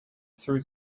through